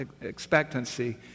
expectancy